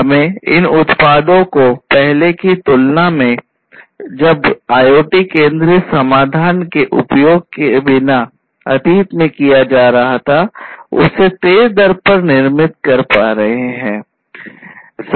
हम इन उत्पादों को पहले की तुलना में जब IoT केंद्रित समाधान के उपयोग के बिना अतीत में किया जा रहा था उससे तेज दर पर निर्मित कर पा रहे हैं यह